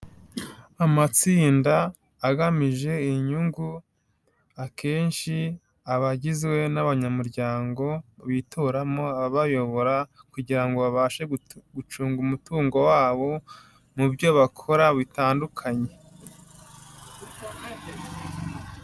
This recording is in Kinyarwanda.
Amatsinda agamije inyungu, akenshi aba agizwe n'abanyamuryango bitoramo abayobora kugira ngo babashe gucunga umutungo wabo, mu byo bakora bitandukanye.